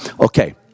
Okay